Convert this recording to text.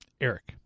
Eric